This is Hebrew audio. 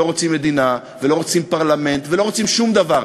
לא רוצים מדינה ולא רוצים פרלמנט ולא רוצים שום דבר.